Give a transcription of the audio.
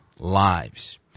Lives